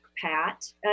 Pat